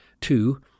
two